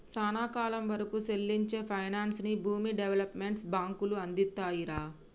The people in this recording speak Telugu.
సానా కాలం వరకూ సెల్లించే పైనాన్సుని భూమి డెవలప్మెంట్ బాంకులు అందిత్తాయిరా